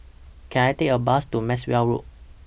Can I Take A Bus to Maxwell Road